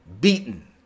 beaten